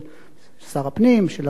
שר הפנים, של הרשות המקומית,